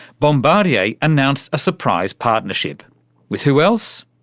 bombardier announced a surprise partnership with who else?